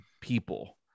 people